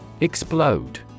Explode